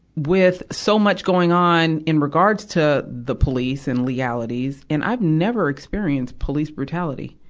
with so much going on in regards to the police and legalities, and i've never experienced police brutalities.